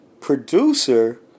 producer